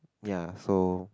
ya so